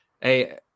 hey